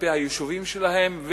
כלפי היישובים שלהם,